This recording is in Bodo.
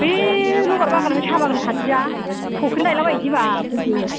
बे लबार बागान साहा बागान खाथिया फख्रि नायला बायसैबाल फैदो